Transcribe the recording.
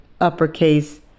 uppercase